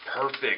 perfect